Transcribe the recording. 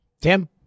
Tim